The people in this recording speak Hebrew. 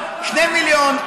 2 מיליון,